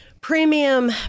premium